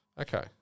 Okay